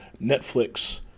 Netflix